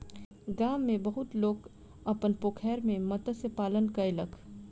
गाम में बहुत लोक अपन पोखैर में मत्स्य पालन कयलक